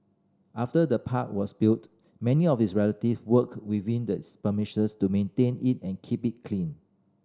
after the park was built many of his relative worked within its premises to maintain it and keep it clean